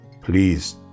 Please